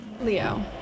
Leo